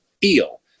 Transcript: feel